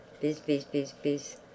biz-biz-biz-biz